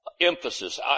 emphasis